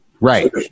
Right